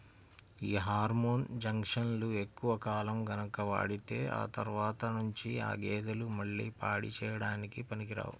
యీ హార్మోన్ ఇంజక్షన్లు ఎక్కువ కాలం గనక వాడితే ఆ తర్వాత నుంచి ఆ గేదెలు మళ్ళీ పాడి చేయడానికి పనికిరావు